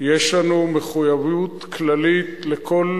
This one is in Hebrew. יש לנו מחויבות כללית לכל